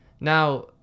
Now